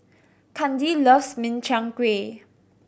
Kandi loves Min Chiang Kueh